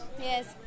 Yes